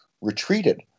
retreated